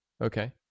Okay